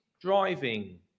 driving